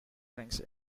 drinks